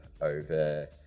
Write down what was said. over